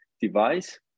device